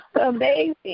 amazing